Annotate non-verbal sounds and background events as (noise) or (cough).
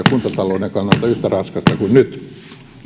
(unintelligible) kuntatalouden kannalta yhtä raskasta kuin nyt